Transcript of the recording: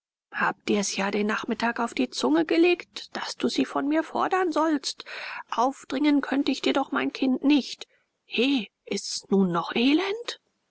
hab dir's ja den nachmittag auf die zunge gelegt daß du sie von mir fordern sollst aufdringen konnte ich dir doch mein kind nicht he ist's nun noch elend